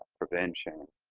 prevention,